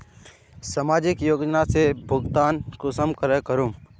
सामाजिक योजना से भुगतान कुंसम करे प्राप्त करूम?